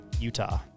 utah